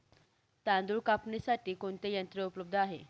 तांदूळ कापण्यासाठी कोणते यंत्र उपलब्ध आहे?